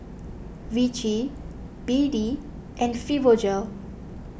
Vichy B D and Fibogel